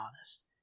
honest